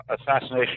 assassination